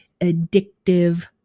addictive